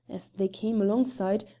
as they came alongside,